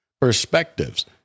perspectives